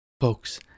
Folks